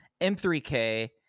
M3K